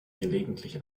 gelegentlich